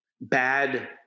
bad